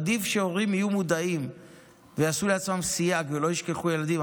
עדיף שהורים יהיו מודעים ויעשו לעצמם סייג ולא ישכחו ילדים,